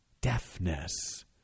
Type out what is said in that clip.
Deafness